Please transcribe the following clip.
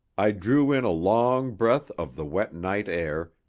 i drew in a long breath of the wet night air,